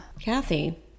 Kathy